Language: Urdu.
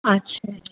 اچھا